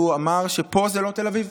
הוא אמר: פה זה לא תל אביב.